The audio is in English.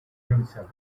himself